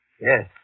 Yes